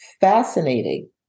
fascinating